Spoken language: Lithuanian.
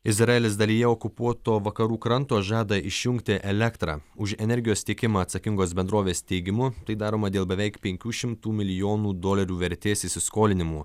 izraelis dalyje okupuoto vakarų kranto žada išjungti elektrą už energijos tiekimą atsakingos bendrovės teigimu tai daroma dėl beveik penkių šimtų milijonų dolerių vertės įsiskolinimų